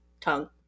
tongue